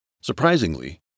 Surprisingly